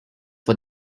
for